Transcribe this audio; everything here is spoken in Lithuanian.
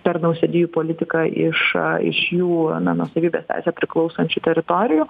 per nausėdijų politiką iš iš jų na nuosavybės teise priklausančių teritorijų